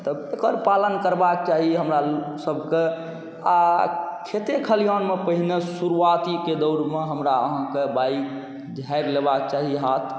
तऽ ओकर पालन करबाक चाही हमरा सबके आओर खेते खलिहानमे पहिने शुरुआतीके दौरमे हमरा अहाँके बाइक झाड़ि लेबाके चाही हाथ